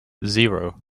zero